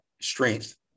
strength